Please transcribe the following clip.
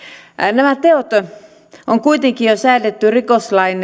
nämä teot on kuitenkin jo säädetty rikoslain